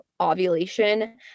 ovulation